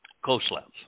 coastlands